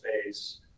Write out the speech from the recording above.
space